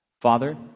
Father